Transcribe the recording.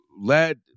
led